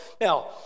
Now